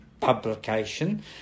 Publication